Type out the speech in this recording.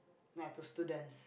ya to students